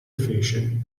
fece